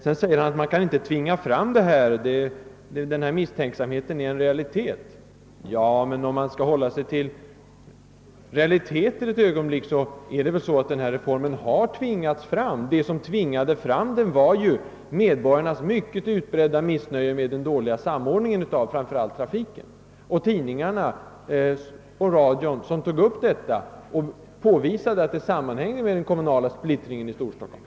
Vidare säger herr Gustafsson att det inte har varit möjligt att tvinga fram denna reform — misstänksamheten är en realitet. Men om vi ett ögonblick skall hålla oss till realiteter måste vi väl säga oss att reformen har tvingats fram. Det som tvingade fram den, var ju medborgarnas mycket utbredda missnöje med den dåliga samordningen av framför allt trafiken. Tidningarna och radion tog upp detta och påvisade, att det sammanhängde med den kommunala splittringen i Storstockholm.